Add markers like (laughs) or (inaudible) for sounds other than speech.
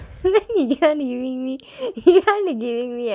then (laughs) he keep on giving me he keep on giving me